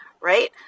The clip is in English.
right